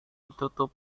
ditutup